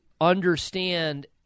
understand